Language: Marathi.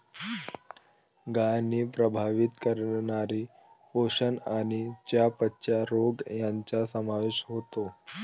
गायींना प्रभावित करणारे पोषण आणि चयापचय रोग यांचा समावेश होतो